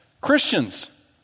Christians